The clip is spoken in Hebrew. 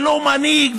ולא מנהיג,